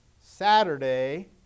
Saturday